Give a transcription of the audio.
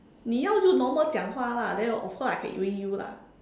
你要句 normal 讲话 lah then of course I can win you lah